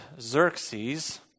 Xerxes